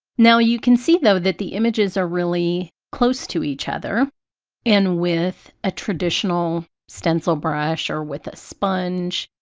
now you can see though that the images are really close to each other and with a traditional stencil brush or with a sponge,